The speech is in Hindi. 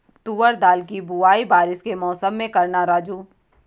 तुवर दाल की बुआई बारिश के मौसम में करना राजू